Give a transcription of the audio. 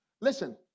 Listen